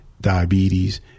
diabetes